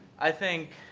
i think,